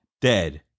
dead